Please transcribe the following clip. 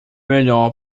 melhor